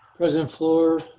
president fluor,